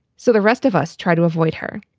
so the rest of us try to avoid her.